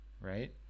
right